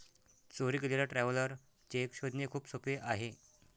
चोरी गेलेला traveller cheque शोधणे खूप सोपे आहे